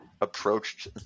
approached